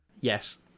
Yes